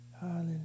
Hallelujah